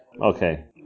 okay